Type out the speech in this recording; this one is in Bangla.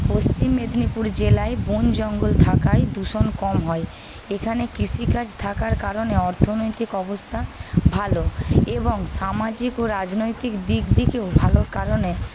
পশ্চিম মেদিনীপুর জেলায় বন জঙ্গল থাকায় দূষণ কম হয় এখানে কৃষিকাজ থাকার কারণে অর্থনৈতিক অবস্থা ভালো এবং সামাজিক ও রাজনৈতিক দিক থেকেও ভালো কারণে